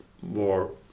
more